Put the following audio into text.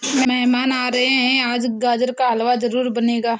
मेहमान आ रहे है, आज गाजर का हलवा जरूर बनेगा